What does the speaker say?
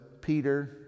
Peter